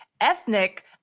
ethnic